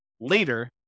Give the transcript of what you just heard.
later